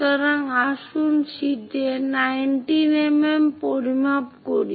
সুতরাং আসুন শীটে 19 mm পরিমাপ করি